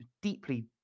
Deeply